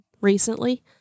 recently